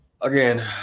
Again